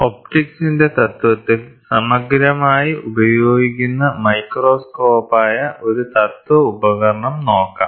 ഒപ്റ്റിക്സിന്റെ തത്ത്വത്തിൽ സമഗ്രമായി ഉപയോഗിക്കുന്ന മൈക്രോസ്കോപ്പായ ഒരു തത്ത്വ ഉപകരണം നോക്കാം